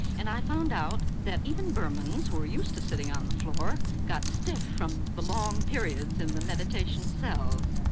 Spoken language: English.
and i found out that even burmans who are used to sitting on the floor got stiff from the long periods in the meditation cells.